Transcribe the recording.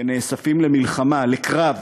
שנאספים למלחמה, לקרב,